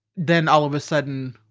then all of a sudden,